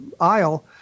aisle